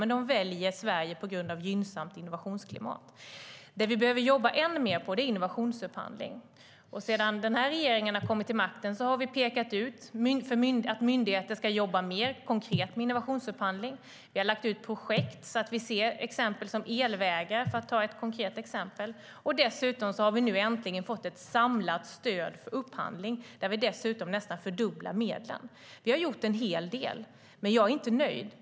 Men de väljer Sverige på grund av gynnsamt innovationsklimat. Det vi behöver jobba än mer på är innovationsupphandling. Sedan den här regeringen kom till makten har vi pekat ut att myndigheter ska jobba mer konkret med innovationsupphandling. Vi har lagt ut projekt, så att vi ser sådant som elvägar, för att ta ett konkret exempel. Dessutom har vi nu äntligen fått ett samlat stöd för upphandling, där vi nästan fördubblar medlen. Vi har gjort en hel del. Men jag är inte nöjd.